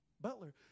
butler